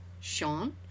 Sean